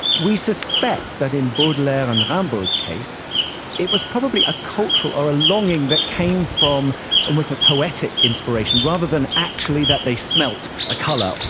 we suspect that in baudelaire and ah rimbaud's case it was probably a cultural, or a longing that came from almost a poetic inspiration, rather than actually that they smelt a colour.